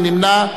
מי נמנע.